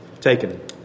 taken